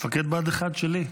מפקד בה"ד 1 שלי.